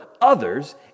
others